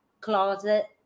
closet